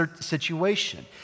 situation